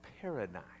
paradigm